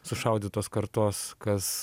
sušaudytos kartos kas